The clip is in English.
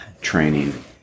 training